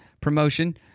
promotion